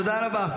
תודה רבה.